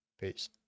Peace